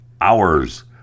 hours